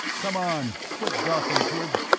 come on, quit gawking, kid.